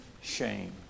shame